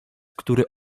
który